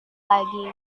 lagi